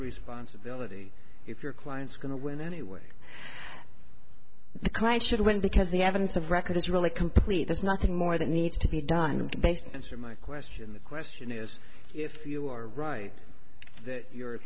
responsibility if your client's going to win anyway the client should win because the evidence of record is really complete there's nothing more that needs to be done they censor my question the question is if you are right that you